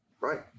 Right